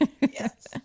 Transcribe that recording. Yes